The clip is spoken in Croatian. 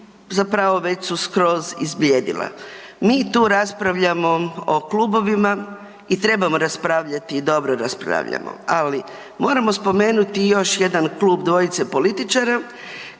zapravo već su skroz izblijedila. Mi tu raspravljamo o klubovima i trebamo raspravljati i dobro raspravljamo. Ali moramo spomenuti još jedan klub dvojice političara